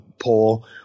poll